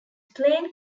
plane